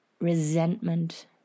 resentment